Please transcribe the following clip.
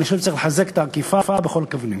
אני חושב שצריך לחזק את האכיפה בכל הכיוונים.